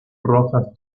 rojas